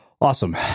awesome